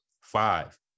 Five